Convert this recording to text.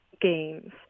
games